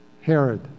Herod